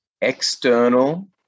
external